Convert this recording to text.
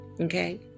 Okay